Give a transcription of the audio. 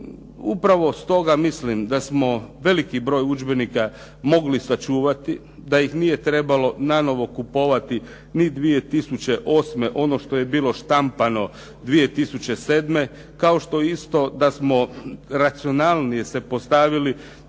Upravo stoga mislim da smo veliki broj udžbenika mogli sačuvati, da ih nije trebalo nanovo kupovati ni 2008. ono što je bilo štampano 2007., kao što isto da smo racionalnije se postavili